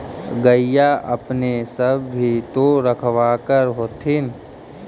गईया अपने सब भी तो रखबा कर होत्थिन?